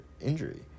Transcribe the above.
injury